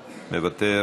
מוותר,